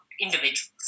individuals